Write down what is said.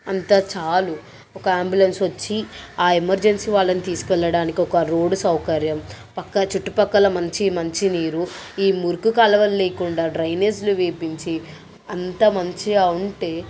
అంత చాలు ఒక ఆంబులెన్సొచ్చి ఆ ఎమర్జన్సీ వాళ్ళని తీసుకెళ్లడానికి ఒక రోడ్డు సౌకర్యం పక్కా చుట్టుపక్కల మంచి మంచి నీరు ఈ మురికి కాలువల్లేకుండా డ్రైనేజిలు వేపించి అంతా మంచిగా ఉంటే